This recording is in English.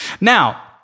Now